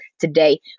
today